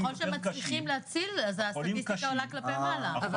ככל שמצליחים להציל אז הסטטיסטיקה עולה כלפי מעלה.